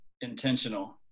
intentional